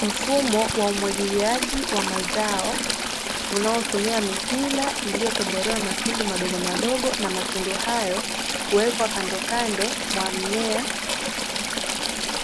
Mfumo wa umwagiliaji wa mazao, unaotumia mipira iliyotobolewa matundu madogomadogo, na matundu hayo huwekwa kandokando mwa mmea